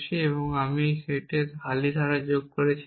এবং আমি এই সেটে খালি ধারা যোগ করেছিলাম